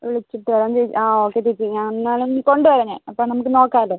വിളിച്ചിട്ട് വരാം ചേച്ചി ആ ഓക്കെ ചേച്ചി ഞാൻ എന്നാൽ കൊണ്ട് വരാം ഞാൻ അപ്പോൾ നമുക്ക് നോക്കാലോ